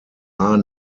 are